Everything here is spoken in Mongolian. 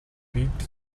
бид